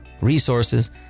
resources